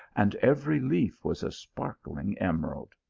and every leaf was a sparkling emerald!